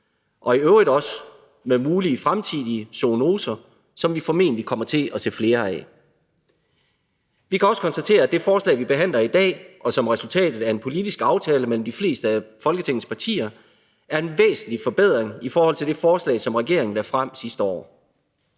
og i øvrigt også med mulige fremtidige zoonoser, som vi formentlig kommer til at se flere af. Vi kan også konstatere, at det forslag, som vi behandler i dag, og som er resultatet af en politisk aftale mellem de fleste af Folketingets partier, er en væsentlig forbedring i forhold til det forslag, som regeringen lagde frem sidste år.